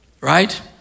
right